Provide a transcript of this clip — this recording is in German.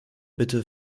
bitte